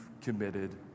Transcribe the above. committed